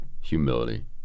humility